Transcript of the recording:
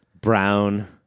Brown